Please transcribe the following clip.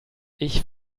ich